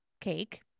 cake